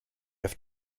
have